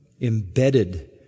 embedded